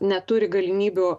neturi galimybių